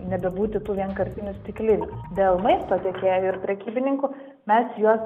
nebebūti tų vienkartinių stiklinių dėl maisto tiekėjų ir prekybininkų mes juos